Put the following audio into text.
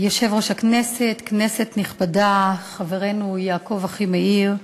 יושב-ראש הכנסת, כנסת נכבדה, חברנו יעקב אחימאיר,